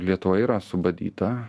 lietuva yra subadyta